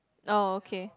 orh okay